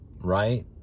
right